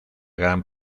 gran